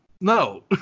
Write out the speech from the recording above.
No